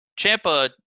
Champa